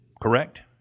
Correct